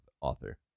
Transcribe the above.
author